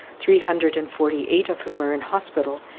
three hundred and forty eight of whom are in hospital,